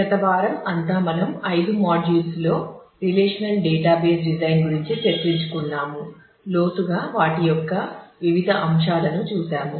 గత వారం అంతా మనం 5 మాడ్యూల్స్ లో రిలేషనల్ డేటాబేస్ డిజైన్ గురించి చర్చించుకున్నాము లోతుగా వాటి యొక్క వివిధ అంశాలను చూసాము